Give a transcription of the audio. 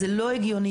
זה לא הגיוני.